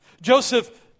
Joseph